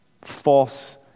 false